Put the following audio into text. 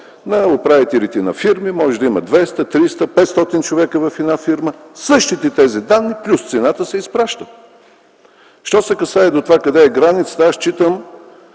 на управителите на фирми, може да има 200, 300, 500 човека в такава фирма, същите тези данни плюс цената се изпращат. Що се касае до това къде е границата, от